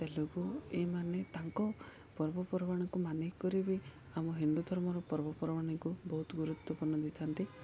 ତେଲୁଗୁ ଏଇ ମାନେ ତାଙ୍କ ପର୍ବପର୍ବାଣିକୁ ମାନି କରି ବି ଆମ ହିନ୍ଦୁ ଧର୍ମର ପର୍ବପର୍ବାଣିକୁ ବହୁତ ଗୁରୁତ୍ୱପୂର୍ଣ୍ଣ ଦେଇଥାନ୍ତି